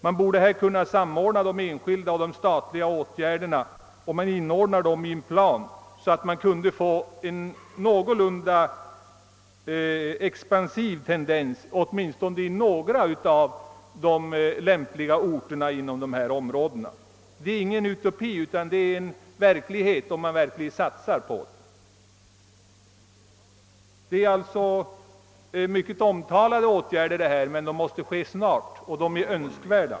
Man borde här kunna samordna enskilda och statliga åtgärder, om man inordnar dem i en plan, härigenom skulle man få fram en någorlunda expansiv tendens åtminstone i några av de lämpliga orterna inom nämnda områden. Detta är ingen utopi utan ett realistiskt tänkande, om man verkligen satsar någonting. De åtgärder det här gäller är mycket debatterade, men de måste ske snart och de är önskvärda.